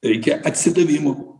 reikia atsidavimo